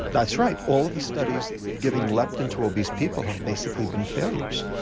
that's right, all the studies giving leptin to obese people have basically been failures,